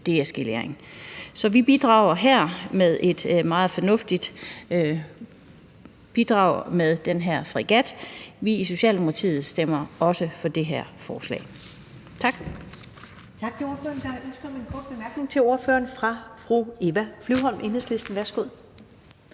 deeskalering. Så vi bidrager her med et meget fornuftigt bidrag i form af den her fregat. Vi i Socialdemokratiet stemmer også for det her forslag. Tak.